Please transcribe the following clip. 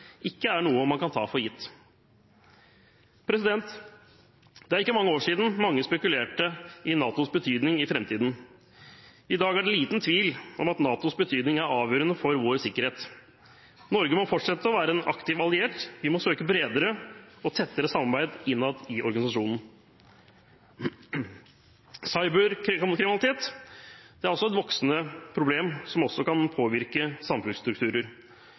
ikke er noe man kan ta for gitt. Det er ikke mange år siden mange spekulerte i NATOs betydning i framtiden. I dag er det liten tvil om at NATOs betydning er avgjørende for vår sikkerhet. Norge må fortsette å være en aktiv alliert; vi må søke bredere og tettere samarbeid innad i organisasjonen. Cyberkriminalitet er et voksende problem som også kan påvirke samfunnsstrukturer.